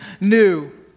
new